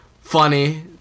funny